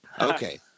Okay